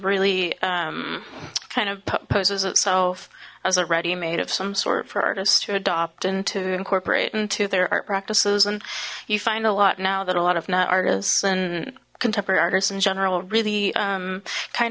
really kind of poses itself as a ready made of some sort for artists to adopt and to incorporate into their art practices and you find a lot now that a lot of not artists and contemporary artists in general really kind